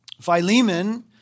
Philemon